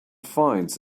finds